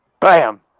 bam